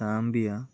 Zambia